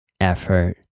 effort